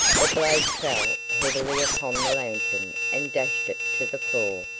the blade fell heavily upon the lantern and dashed it to the floor,